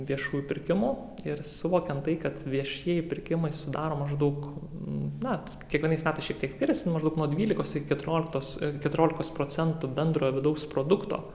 viešųjų pirkimų ir suvokiant tai kad viešieji pirkimai sudaro maždaug na kiekvienais metais šiek tiek skiriasi maždaug nuo dvylikos iki keturioliktos keturiolikos procentų bendrojo vidaus produkto